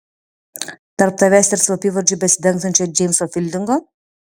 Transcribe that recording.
tarp tavęs ir slapyvardžiu besidangstančio džeimso fildingo